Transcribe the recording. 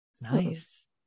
Nice